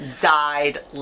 died